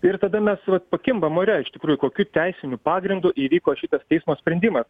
ir tada mes vat pakimbam ore iš tikrųjų kokiu teisiniu pagrindu įvyko šitas teismo sprendimas